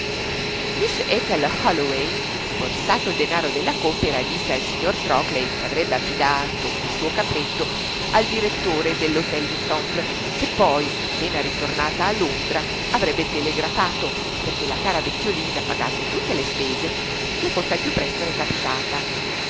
miss ethel holloway sborsato il denaro della compera disse al signor trockley che avrebbe affidato il suo capretto al direttore dell'htel des temples e che poi appena ritornata a londra avrebbe telegrafato perché la cara bestiolina pagate tutte le spese le fosse al più presto recapitata